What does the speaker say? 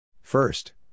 First